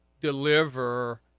deliver